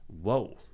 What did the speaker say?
whoa